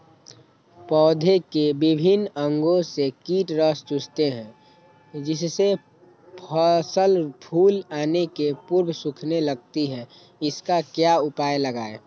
पौधे के विभिन्न अंगों से कीट रस चूसते हैं जिससे फसल फूल आने के पूर्व सूखने लगती है इसका क्या उपाय लगाएं?